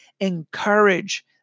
Encourage